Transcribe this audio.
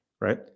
Right